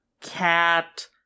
cat